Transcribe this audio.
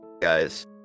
guys